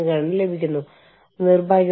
തൊഴിലുടമയുടെ എതിർപ്പാണ് മറ്റൊരു പ്രശ്നം